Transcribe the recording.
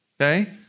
okay